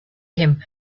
him